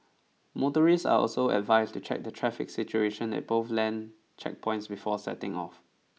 motorists are also advised to check the traffic situation at both land checkpoints before setting off